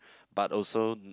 but also